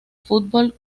fútbol